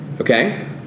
Okay